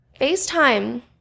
FaceTime